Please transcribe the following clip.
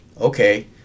Okay